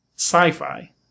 sci-fi